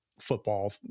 football